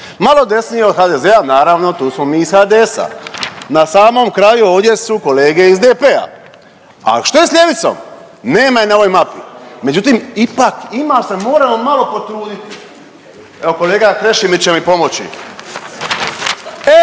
Malo desnije od HDZ-a naravno tu smo mi iz HDS-a. Na samom kraju ovdje su kolege SDP-a. A što je sa ljevicom? Nema je na ovoj mapi. Međutim, ipak ima, ali se moramo malo potruditi. Evo kolega Krešimir će mi pomoći. Evo